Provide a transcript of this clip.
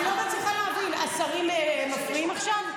אני לא מצליחה להבין, השרים מפריעים עכשיו?